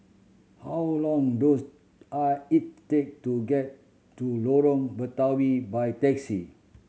how long does I it take to get to Lorong Batawi by taxi